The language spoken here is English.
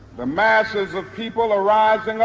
the masses of people are rising